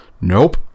nope